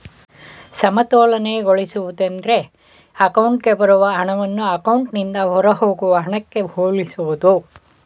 ಸಮತೋಲನಗೊಳಿಸುವುದು ಎಂದ್ರೆ ಅಕೌಂಟ್ಗೆ ಬರುವ ಹಣವನ್ನ ಅಕೌಂಟ್ನಿಂದ ಹೊರಹೋಗುವ ಹಣಕ್ಕೆ ಹೋಲಿಸುವುದು